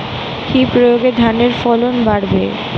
কি প্রয়গে ধানের ফলন বাড়বে?